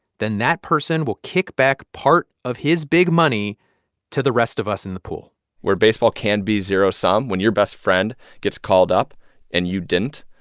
then that person will kick back part of his big money to the rest of us in the pool where baseball can be zero-sum, when your best friend gets called up and you didn't,